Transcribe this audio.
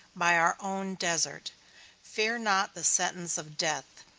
by our own desert fear not the sentence of death,